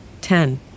ten